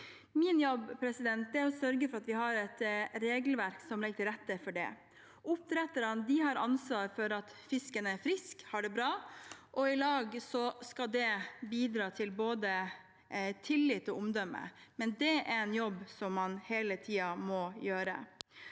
Min jobb er å sørge for at vi har et regelverk som legger til rette for dette. Oppdretterne har ansvar for at fisken er frisk og har det bra, og sammen skal det bidra til både tillit og omdømme, men det er en jobb som man hele tiden må gjøre.